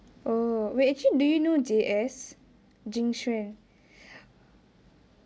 oh wait actually do you know J_S jing suan